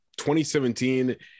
2017